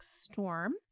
Storm